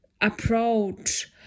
approach